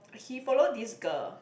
he follow this girl